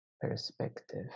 perspective